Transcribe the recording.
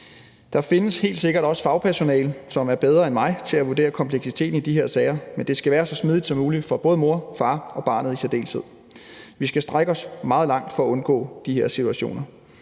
Der findes helt sikkert også fagpersonale, som er bedre end mig til at vurdere kompleksiteten i de her sager, men det skal være så smidigt som muligt for både mor og far og barnet i særdeleshed. Vi skal strække os meget langt for at undgå de her situationer.